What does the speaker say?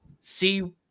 see